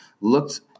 looked